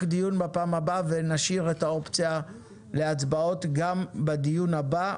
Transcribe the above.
דיון בפעם הבא ונשאיר את האופציה להצבעות בדיון הבא.